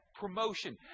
promotion